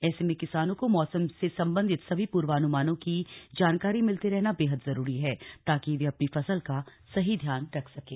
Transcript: ऐसे में किसानों को मौसम से संबंधित सभी पूर्वानुमानों की जानकारी मिलते रहना जरूरी है ताकि वे अपनी फसल का सही ध्यान रख सकें